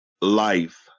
life